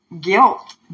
Guilt